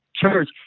Church